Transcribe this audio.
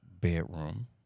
bedroom